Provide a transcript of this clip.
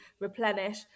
replenish